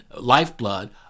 lifeblood